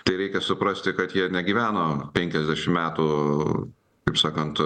tai reikia suprasti kad jie negyveno penkiasdešimt metų kaip sakant